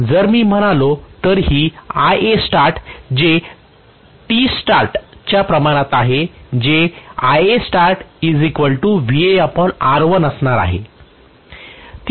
जर मी म्हणालो तर ही Ia start जे Tstartt च्या प्रमाणात आहे